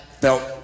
felt